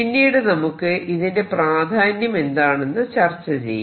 പിന്നീട് നമുക്ക് ഇതിന്റെ പ്രാധാന്യം എന്താണെന്ന് ചർച്ച ചെയ്യാം